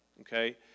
Okay